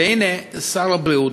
והנה שר הבריאות,